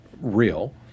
real